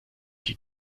die